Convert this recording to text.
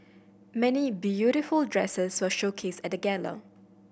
many beautiful dresses were showcased at gala